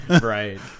Right